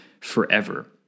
forever